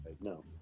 no